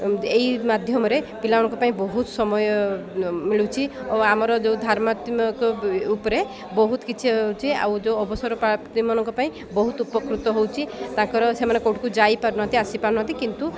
ଏଇ ମାଧ୍ୟମରେ ପିଲାମାନଙ୍କ ପାଇଁ ବହୁତ ସମୟ ମିଳୁଛି ଓ ଆମର ଯୋଉ ଧାର୍ମାତ୍ମକ ଉପରେ ବହୁତ କିଛି ହଉଛି ଆଉ ଯୋଉ ଅବସରପ୍ରାପ୍ତି ମାନଙ୍କ ପାଇଁ ବହୁତ ଉପକୃତ ହଉଛି ତାଙ୍କର ସେମାନେ କୋଉଠୁ ଯାଇପାରୁନାହାନ୍ତି ଆସିପାରୁନାହାନ୍ତି କିନ୍ତୁ